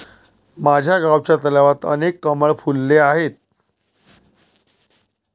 माझ्या गावच्या तलावात अनेक कमळ फुलले आहेत